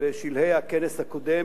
בשלהי הכנס הקודם,